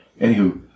Anywho